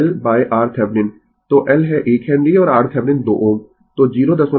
तो L है 1 henry और RThevenin 2 Ω